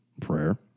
Prayer